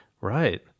Right